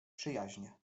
przyjaźnie